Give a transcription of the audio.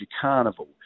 carnival